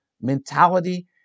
mentality